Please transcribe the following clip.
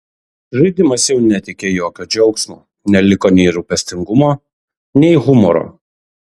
žaidimas jau neteikė jokio džiaugsmo neliko nei nerūpestingumo nei humoro